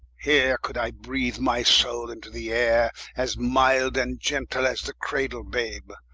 heere could i breath my soule into the ayre, as milde and gentle as the cradle-babe,